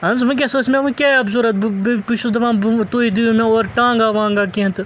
اَہن حظ وٕنۍکٮ۪س ٲس مےٚ وۄنۍ کیب ضوٚرَتھ بہٕ بہٕ چھُس دَپان بہٕ تُہۍ دِیُو مےٚ اورٕ ٹانٛگہ وانٛگہ کینٛہہ تہٕ